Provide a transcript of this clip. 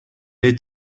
est